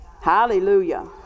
Hallelujah